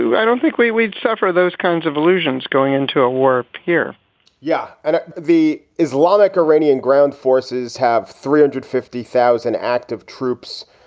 i don't think we we'd suffer those kinds of illusions going into a war pier yeah. and the islamic iranian ground forces have three hundred and fifty thousand active troops.